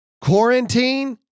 quarantine